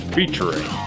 Featuring